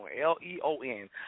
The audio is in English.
L-E-O-N